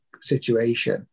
situation